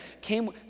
came